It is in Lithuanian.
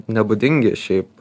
nebūdingi šiaip